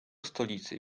stolicy